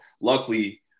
luckily